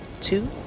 two